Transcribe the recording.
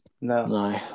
No